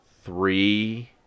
three